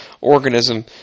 organism